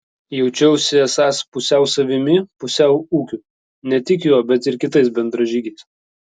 jaučiausi esąs pusiau savimi pusiau ūkiu ne tik juo bet ir kitais bendražygiais